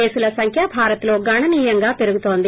కేసులు సంఖ్య భారత్లో గణనీయంగా పెరుగుతోంది